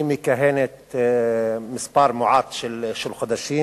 היא מכהנת מספר מועט של חודשים